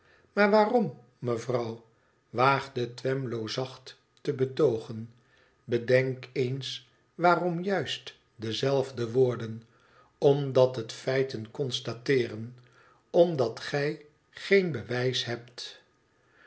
maar waarom mevrouw waagde twemlow zacht te betoogen bedenk eens waarom juist dezelfde woorden omdat zij het feit constateeren omdat gij geen bewijs heb